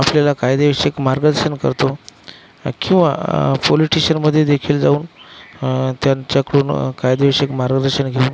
आपल्याला कायदेशीक मार्गर्शन करतो किंवा पोलीस ठेशनमध्ये देखील जाऊन त्यांच्याकडनं कायदेशीक मार्गदर्शन घेऊन